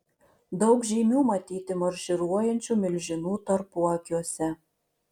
daug žymių matyti marširuojančių milžinų tarpuakiuose